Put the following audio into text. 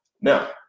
Now